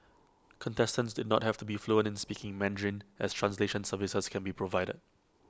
contestants did not have to be fluent in speaking Mandarin as translation services can be provided